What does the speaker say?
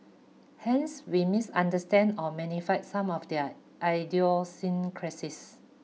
hence we misunderstand or magnify some of their idiosyncrasies